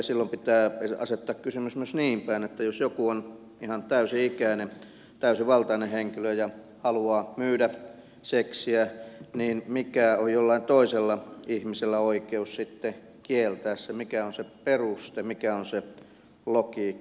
silloin pitää asettaa kysymys myös niinpäin että jos joku on ihan täysi ikäinen täysivaltainen henkilö ja haluaa myydä seksiä niin mikä on jollain toisella ihmisellä oikeus sitten kieltää se mikä on se peruste mikä on se logiikka